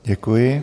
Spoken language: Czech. Děkuji.